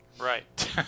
Right